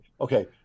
okay